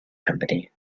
company